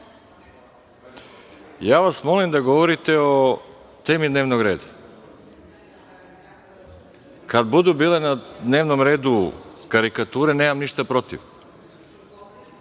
vas da govorite o temi dnevnog reda. Kada budu bile na dnevnom redu karikature, nemam ništa protiv. Da